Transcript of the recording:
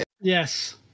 Yes